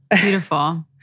Beautiful